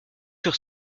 sur